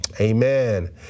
amen